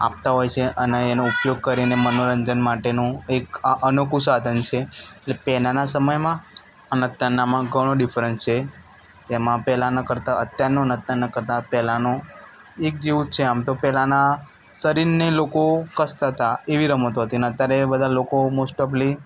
આપતા હોય છે અને એનો ઉપયોગ કરીને મનોરંજન માટેનું એક અનોખું સાધન છે જે પહેલાના સમયમાં અને અત્યારનામાં ઘણો ડિફરન્સ છે તેમાં પહેલાંના કરતાં અત્યારનું અને અત્યારના કરતાં પહેલાંનો એક જેવું જ છે આમ તો પહેલાંના શરીરને લોકો કસતા તા એવી રમતો હતી ને અત્યારે બધા લોકો મોસ્ટ ઓફલી